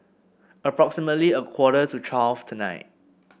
approximately a quarter to twelve tonight